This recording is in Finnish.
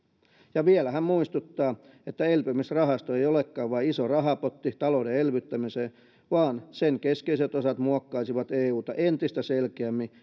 hän muistuttaa vielä että elpymisrahasto ei olekaan vain iso rahapotti talouden elvyttämiseen vaan sen keskeiset osat muokkaisivat euta entistä selkeämmin